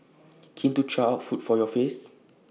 keen to try out food for your face